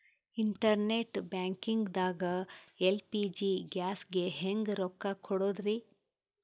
Internet banking ದಾಗ LPG ಗ್ಯಾಸ್ಗೆ ಹೆಂಗ್ ರೊಕ್ಕ ಕೊಡದ್ರಿ?